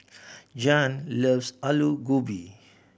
Jann loves Alu Gobi